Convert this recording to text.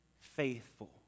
faithful